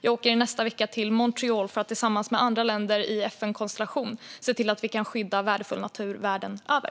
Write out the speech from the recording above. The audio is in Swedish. Jag åker i nästa vecka till Montreal för att tillsammans med andra länder i FN-konstellation se till att vi kan skydda värdefull natur världen över.